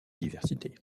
diversité